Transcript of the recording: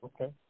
Okay